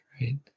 Right